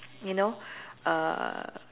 you know uh